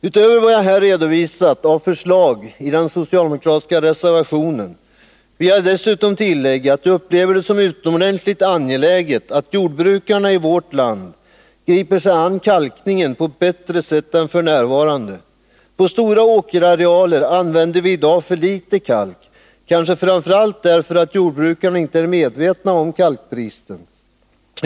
Utöver de förslag i den socialdemokratiska reservationen som jag här har redovisat vill jag tillägga att jag upplever det som utomordentligt angeläget att jordbrukarna i vårt land griper sig an kalkningen på ett bättre sätt än som f.n. är fallet. På stora åkerarealer använder vi i dag för litet kalk, kanske framför allt därför att jordbrukarna inte är medvetna om kalkbristen.